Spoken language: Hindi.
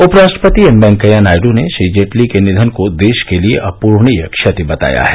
उपराष्ट्रपति एम वेंकैया नायड् ने श्री जेटली के निधन को देश के लिए अपूर्णीय क्षति बताया है